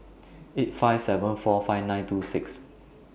eight five seven eight five nine two six